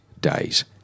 days